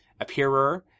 appearer